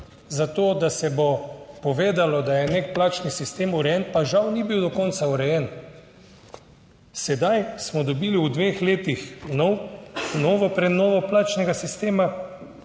zato, da se bo povedalo, da je nek plačni sistem urejen, pa žal ni bil do konca urejen. Sedaj smo dobili v dveh letih nov, novo prenovo plačnega sistema,